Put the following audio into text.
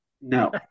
no